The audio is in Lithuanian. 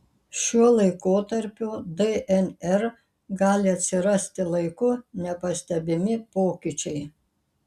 šiuo laikotarpiu dnr gali atsirasti laiku nepastebimi pokyčiai